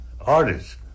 artist